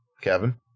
Kevin